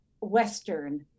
Western